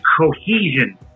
cohesion